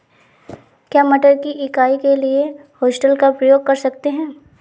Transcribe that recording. क्या मटर की कटाई के लिए हार्वेस्टर का उपयोग कर सकते हैं?